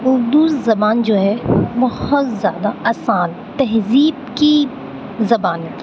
اردو زبان جو ہے بہت زیادہ آسان تہذیب کی زبان کی